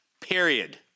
period